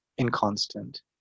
inconstant